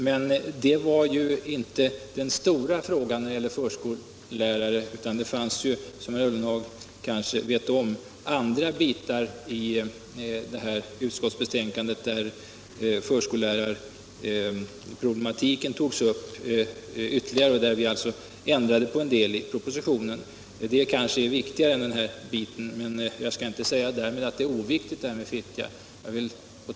Men det var ju inte den stora frågan när det gällde förskollärare, utan det fanns — som herr Ullenhag måhända vet om — andra bitar i utskottsbetänkandet där förskollärarproblematiken togs upp ytterligare och där vi ändrade på en del i propositionen. Det är kanske viktigare än den här biten, men jag skall därmed inte säga att detta med Fittja är oviktigt.